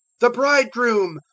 the bridegroom!